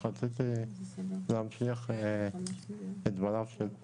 אני רוצה להמשיך את דבריו של עלי.